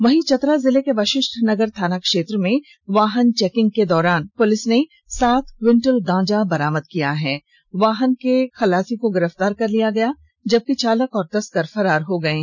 वहीं चतरा जिले के वशिष्ठनगर थाना क्षेत्र में वाहन चेकिंग अभियान के दौरान पुलिस ने सात क्विंटल गांजा बरामद करने के साथ वाहन के उप चालक को गिरफ्तार कर लिया जबकि चालक और तस्कर फरार हो गये